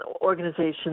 organizations